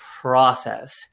process